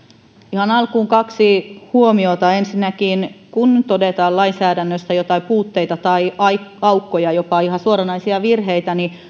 ihan alkuun kaksi huomiota ensinnäkin kun todetaan lainsäädännössä jotain puutteita tai tai aukkoja jopa ihan suoranaisia virheitä